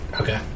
Okay